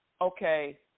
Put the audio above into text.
okay